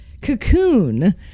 Cocoon